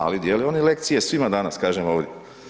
Ali dijele oni lekcije svima danas kažem ovdje.